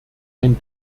ein